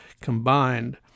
combined